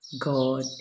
God